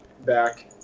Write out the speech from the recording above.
back